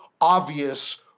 obvious